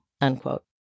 unquote